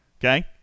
Okay